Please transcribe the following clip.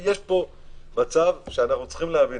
צריך להבין,